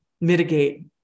mitigate